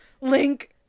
Link